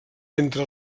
entre